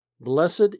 Blessed